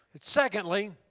Secondly